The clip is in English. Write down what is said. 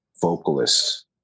vocalists